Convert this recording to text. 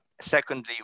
Secondly